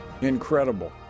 incredible